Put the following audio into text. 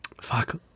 Fuck